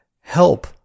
help